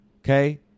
okay